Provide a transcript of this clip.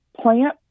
plant